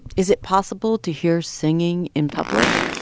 is it possible to hear singing in public?